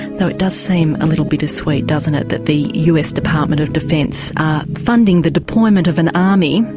though it does seem a little bitter sweet doesn't it that the us department of defence are funding the deployment of an army,